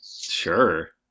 Sure